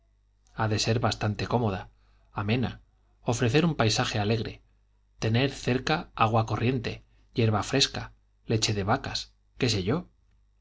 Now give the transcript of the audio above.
ha de ser bastante cómoda amena ofrecer un paisaje alegre tener cerca agua corriente yerba fresca leche de vacas qué sé yo